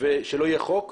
ושלא יהיה חוק,